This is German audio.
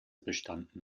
bestanden